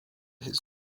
his